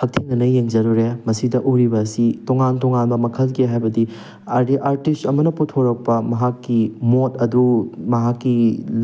ꯍꯛꯊꯦꯡꯅꯅ ꯌꯦꯡꯖꯔꯨꯔꯦ ꯃꯁꯤꯗ ꯎꯔꯤꯕ ꯑꯁꯤ ꯇꯣꯉꯥꯟ ꯇꯣꯉꯥꯟꯕ ꯃꯈꯜꯒꯤ ꯍꯥꯏꯕꯗꯤ ꯑꯥꯔꯇꯤꯁ ꯑꯃꯅ ꯄꯨꯊꯣꯔꯛꯄ ꯃꯍꯥꯛꯀꯤ ꯃꯣꯠ ꯑꯗꯨ ꯃꯍꯥꯛꯀꯤ